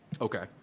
Okay